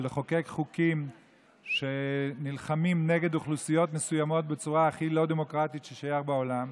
ולחוקק חוקים שנלחמים באוכלוסיות מסוימות בצורה הכי לא דמוקרטית בעולם,